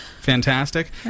Fantastic